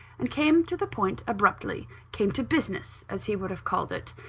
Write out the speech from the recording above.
and came to the point abruptly came to business, as he would have called it.